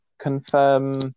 confirm